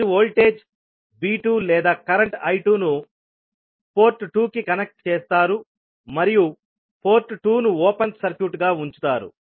మీరు voltage V2 లేదా current I2 ను పోర్ట్ 2 కి కనెక్ట్ చేస్తారు మరియు పోర్ట్ 2 ను ఓపెన్ సర్క్యూట్ గా ఉంచుతారు